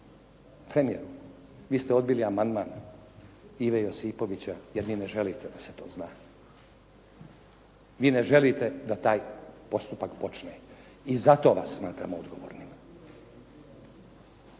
Premijeru, vi ste odbili amandman Ive Josipovića, jer vi ne želite da se to zna. Vi ne želite da taj postupak počne. I zato vas smatramo odgovornim.